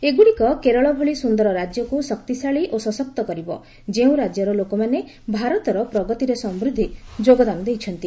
ଏଗୁଡ଼ିକ କେରଳ ଭଳି ସୁନ୍ଦର ରାଜ୍ୟକୁ ଶକ୍ତିଶାଳୀ ଓ ସଶକ୍ତ କରିବ ଯେଉଁ ରାଜ୍ୟର ଲୋକମାନେ ଭାରତର ପ୍ରଗତିରେ ସମୃଦ୍ଧି ଯୋଗଦାନ ଦେଉଛନ୍ତି